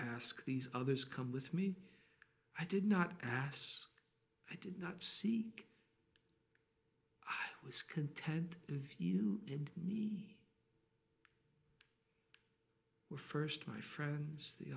ask these others come with me i did not pass i did not see i was content you and me were first my friends the